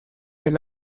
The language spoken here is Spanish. del